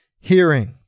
hearing